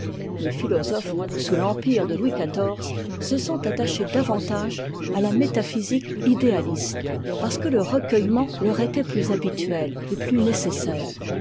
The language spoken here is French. les philosophes sous l'empire de louis xiv se sont attachés davantage à la métaphysique idéaliste parce que e recueillement leur était plus habituel et plus nécessaire